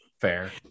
fair